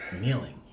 kneeling